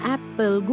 Apple